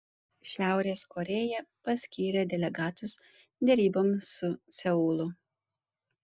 šiaurės korėja paskyrė delegatus deryboms su seulu